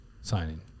signing